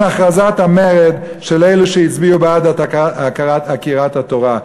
הכרזת המרד של אלו שהצביעו בעד עקירת התורה.